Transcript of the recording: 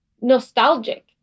nostalgic